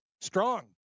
Strong